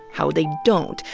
how they don't,